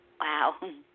Wow